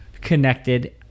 connected